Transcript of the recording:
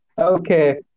Okay